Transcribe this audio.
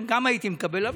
גם הייתי מקבל.